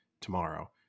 Tomorrow